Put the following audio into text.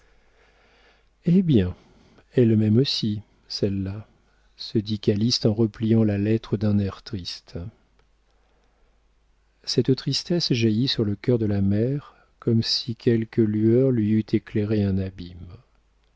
baiser hé bien elle m'aime aussi celle-là se dit calyste en repliant la lettre d'un air triste cette tristesse jaillit sur le cœur de la mère comme si quelque lueur lui eût éclairé un abîme